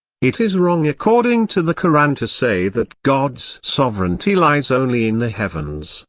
it is wrong according to the koran to say that god's sovereignty lies only in the heavens,